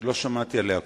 לא שמעתי עליה קודם.